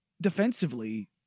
defensively